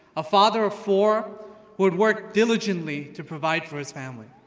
a father of four who had worked diligently to provide for his family.